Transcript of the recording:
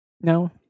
No